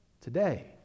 today